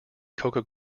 coca